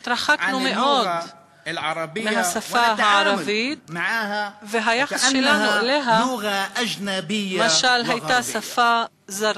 התרחקנו מאוד מהשפה הערבית והיחס שלנו אליה משל הייתה שפה זרה.